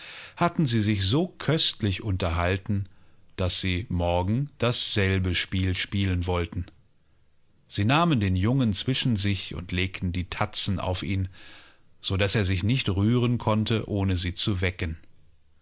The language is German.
hatten sie sich so köstlich unterhalten daß sie morgen dasselbe spiel spielen wollten sie nahmen den jungen zwischen sich und legten die tatzen auf ihn so daß er sich nicht rühren konnte ohne sie zu wecken